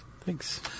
Thanks